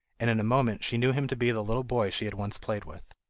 and in a moment she knew him to be the little boy she had once played with.